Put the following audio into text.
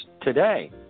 today